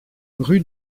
rue